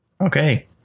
Okay